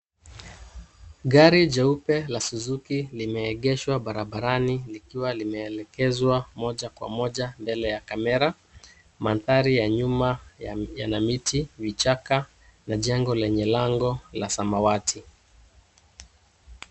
Gari jeupe la Suzuki limeegeshwa barabarani likiwa limeelekezwa moja kwa moja mbele ya kamera. Maandhari ya nyuma yana miti, vichaka jengo lenye rangi ya samawati.